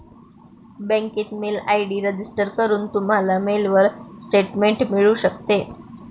बँकेत mail ID register करून, तुम्हाला मेलवर स्टेटमेंट मिळू शकते